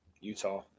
Utah